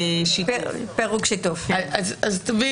תביאי את הניסוח ככה וככה,